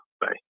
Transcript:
Bye